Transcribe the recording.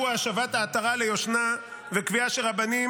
שהוא השבת עטרה ליושנה וקביעה שרבנים